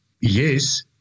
yes